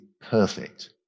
perfect